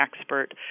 expert